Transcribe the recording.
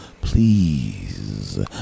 Please